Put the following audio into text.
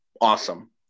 awesome